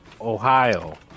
Ohio